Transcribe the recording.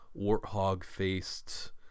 warthog-faced